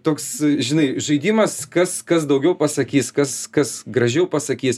toks žinai žaidimas kas kas daugiau pasakys kas kas gražiau pasakys